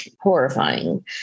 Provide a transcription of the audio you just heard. horrifying